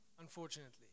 unfortunately